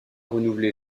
renouvelé